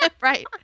Right